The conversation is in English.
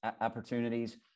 opportunities